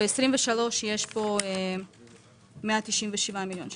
ב-23' יש 197 מיליון שקל.